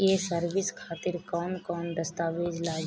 ये सर्विस खातिर कौन कौन दस्तावेज लगी?